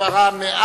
מספרה 100,